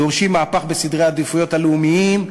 דורשים מהפך בסדרי העדיפויות הלאומיים,